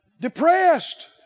Depressed